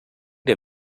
der